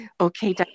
okay